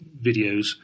videos